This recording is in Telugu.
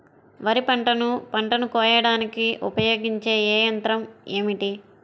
వరిపంటను పంటను కోయడానికి ఉపయోగించే ఏ యంత్రం ఏమిటి?